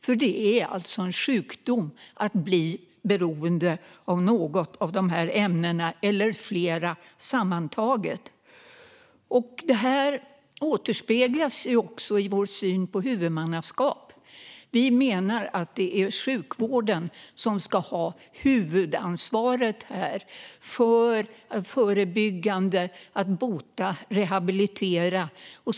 För det är alltså en sjukdom att bli beroende av något av de här ämnena eller flera sammantaget. Detta återspeglas också i vår syn på huvudmannaskap. Vi menar att det är sjukvården som ska ha huvudansvaret för att förebygga, bota och rehabilitera.